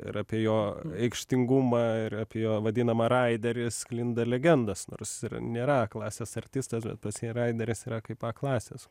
ir apie jo aikštingumą ir apie jo vadinamą raiderį sklinda legendos nors jis ir nėra klasės artistas bet pas jį raideris yra kaip a klasės